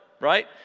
right